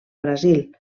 brasil